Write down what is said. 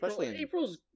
April's